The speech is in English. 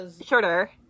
shorter